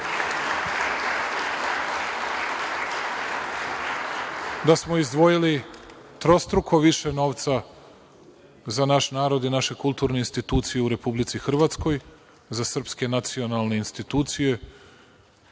da smo izdvojili trostruko više novca za naš narod i naše kulturne institucije u Republici Hrvatskoj za srpske nacionalne institucije,